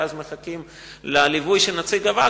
ואז מחכים לליווי של נציג הווקף,